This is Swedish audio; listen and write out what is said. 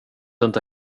inte